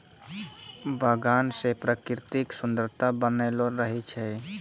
बगान से प्रकृतिक सुन्द्ररता बनलो रहै छै